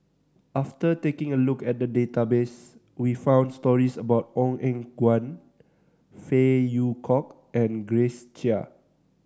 after taking a look at the database we found stories about Ong Eng Guan Phey Yew Kok and Grace Chia